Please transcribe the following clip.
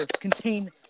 contain